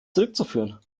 zurückzuführen